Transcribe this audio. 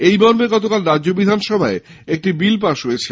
এই মর্মে গতকাল রাজ্য বিধানসভায় বিল পাশ হয়েছে